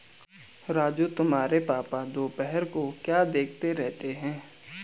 राजू तुम्हारे पापा दोपहर को क्या देखते रहते हैं?